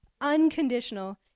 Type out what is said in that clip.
Unconditional